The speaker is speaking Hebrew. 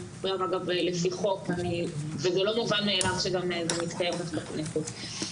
זה לא מובן מאליו שמתקיים בכנסת.